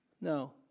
No